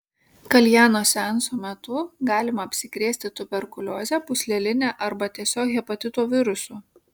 kaljano seanso metu galima apsikrėsti tuberkulioze pūsleline arba tiesiog hepatito virusu